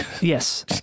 Yes